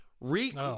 Reek